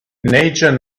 nature